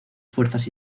fuerzas